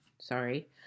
Sorry